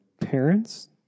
parents